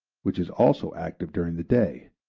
which is also active during the day.